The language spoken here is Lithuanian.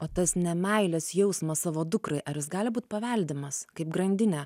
o tas nemeilės jausmas savo dukrai ar gali būti paveldimas kaip grandinė